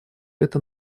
это